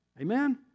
Amen